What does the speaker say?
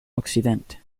occidente